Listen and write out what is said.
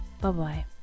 Bye-bye